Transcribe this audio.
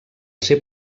ser